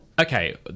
okay